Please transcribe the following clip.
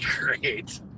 great